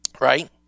right